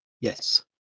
Yes